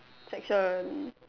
section